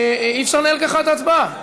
אי-אפשר לנהל ככה את ההצבעה,